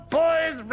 boys